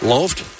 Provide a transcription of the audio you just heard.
Loft